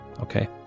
Okay